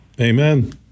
Amen